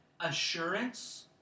assurance